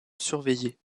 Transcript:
surveillée